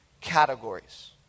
categories